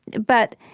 but